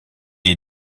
est